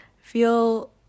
feel